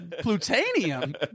Plutonium